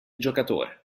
giocatore